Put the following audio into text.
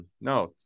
No